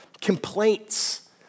complaints